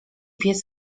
pies